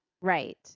right